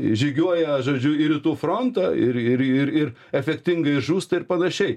žygiuoja žodžiu į rytų frontą ir ir ir ir efektingai žūsta ir panašiai